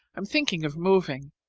i'm thinking of moving.